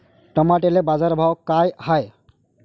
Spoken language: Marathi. टमाट्याले बाजारभाव काय हाय?